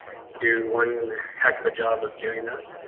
do one heckuva job of doing that.